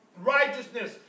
Righteousness